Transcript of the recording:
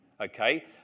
Okay